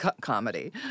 comedy